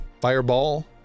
Fireball